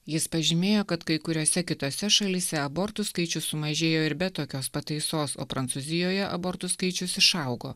jis pažymėjo kad kai kuriose kitose šalyse abortų skaičius sumažėjo ir be tokios pataisos o prancūzijoje abortų skaičius išaugo